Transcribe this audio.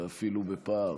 אולי אפילו בפער.